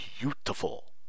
beautiful